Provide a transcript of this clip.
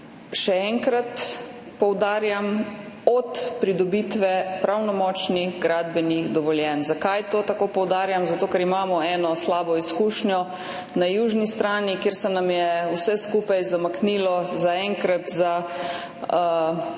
Še enkrat poudarjam, od pridobitve pravnomočnih gradbenih dovoljenj. Zakaj to tako poudarjam? Zato, ker imamo eno slabo izkušnjo na južni strani, kjer se nam je vse skupaj zamaknilo zaenkrat za